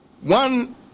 One